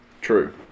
true